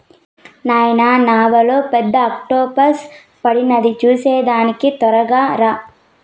నాయనా నావలో పెద్ద ఆక్టోపస్ పడినాది చూసేదానికి తొరగా రా